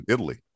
Italy